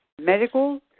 Medical